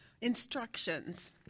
Instructions